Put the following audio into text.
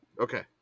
okay